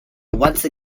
once